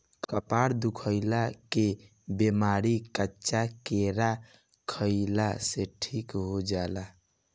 कपार दुखइला के बेमारी कच्चा केरा खइला से ठीक हो जाला